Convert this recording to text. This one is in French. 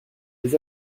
des